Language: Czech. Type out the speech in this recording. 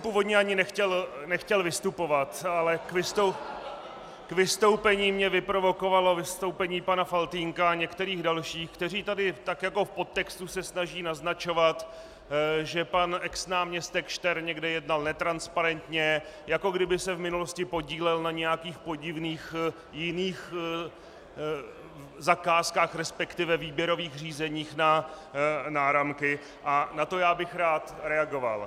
Původně jsem ani nechtěl vystupovat, ale k vystoupení mě vyprovokovalo vystoupení pana Faltýnka a některých dalších, kteří tu jako v podtextu se snaží naznačovat, že pan exnáměstek Štern někde jednal netransparentně, jako kdyby se v minulosti podílel na nějakých podivných jiných zakázkách, resp. výběrových řízeních na náramky, a na to bych rád reagoval.